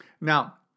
Now